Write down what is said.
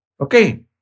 Okay